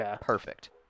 perfect